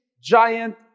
giant